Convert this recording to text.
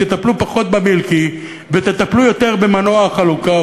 תטפלו פחות במילקי ותטפלו יותר במנוע החלוקה,